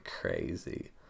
crazy